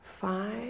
five